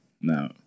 No